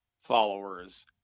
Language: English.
followers